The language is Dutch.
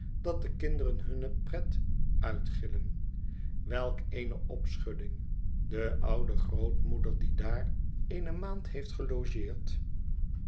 dat de kinderen hunne pret uitgiilen welk eene opschudding de oude grootmoeder die daar eene maand heeft gelogeerd